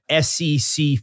SEC